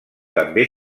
també